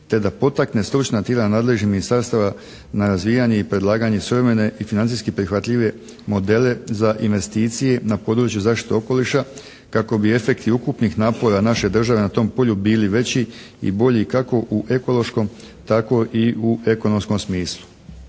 Te da potakne stručna tijela nadležnih ministarstava na razvijanje i predlaganje suvremene i financijski prihvatljivije modele za investicije na području zaštite okoliša kako bi efekti ukupnih napora naše države na tom polju bili veći i bolji kako u ekološkom tako i u ekonomskom smislu.